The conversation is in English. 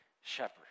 shepherd